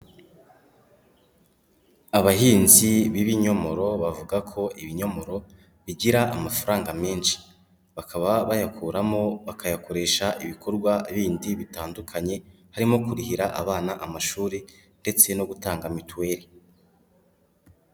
Abahinzi b'ibinyomoro bavuga ko ibinyomoro bigira amafaranga menshi, bakaba bayakuramo bakayakoresha ibikorwa bindi bitandukanye, harimo kurihira abana amashuri ndetse no gutanga mitiweli.